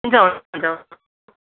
हुन्छ हुन्छ